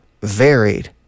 varied